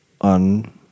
on